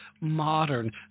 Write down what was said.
modern